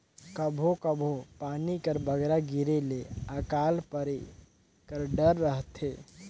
कभों कभों पानी कर बगरा गिरे ले अकाल परे कर डर रहथे